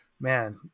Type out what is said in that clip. man